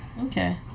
okay